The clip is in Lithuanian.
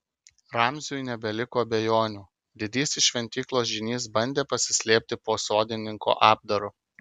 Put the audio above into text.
ramziui nebeliko abejonių didysis šventyklos žynys bandė pasislėpti po sodininko apdaru